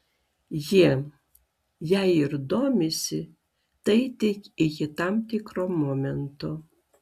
jie jei ir domisi tai tik iki tam tikro momento